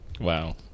Wow